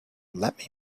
let